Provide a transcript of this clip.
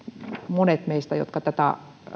monet meistä jotka tätä